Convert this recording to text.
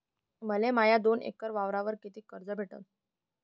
मले माया दोन एकर वावरावर कितीक कर्ज भेटन?